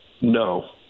No